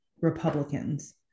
Republicans